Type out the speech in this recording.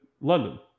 London